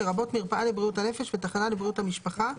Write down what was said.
לרבות מרפאה לבריאות הנפש ותחנה לבריאותה משפחה,